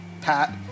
pat